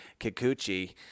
Kikuchi